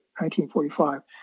1945